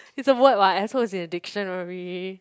it's a word [what] asshole is in the dictionary